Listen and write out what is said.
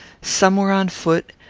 some were on foot,